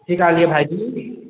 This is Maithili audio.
की कहलियै भाइजी